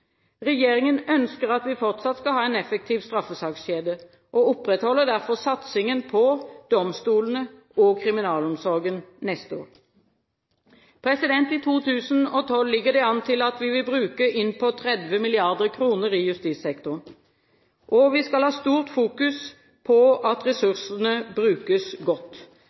Regjeringen ønsker at vi fortsatt skal ha en effektiv straffesakskjede og opprettholder derfor satsingen på domstolene og kriminalomsorgen neste år. I 2012 ligger det an til at vi vil bruke innpå 30 mrd. kr i justissektoren, og vi skal ha stort fokus på at ressursene brukes godt.